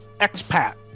expat